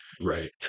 right